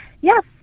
Yes